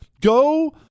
Go